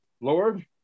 Lord